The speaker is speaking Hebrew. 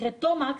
שנקראת תומקס,